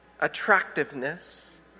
attractiveness